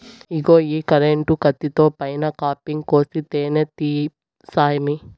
ఇగో ఈ కరెంటు కత్తితో పైన కాపింగ్ కోసి తేనే తీయి సామీ